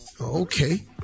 Okay